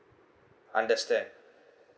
understand